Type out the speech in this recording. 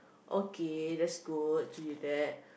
okay that's good to you that